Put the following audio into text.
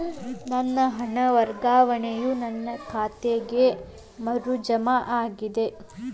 ನನ್ನ ಹಣ ವರ್ಗಾವಣೆಯು ನನ್ನ ಖಾತೆಗೆ ಮರು ಜಮಾ ಆಗಿದೆ